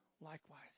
likewise